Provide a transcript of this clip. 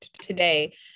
today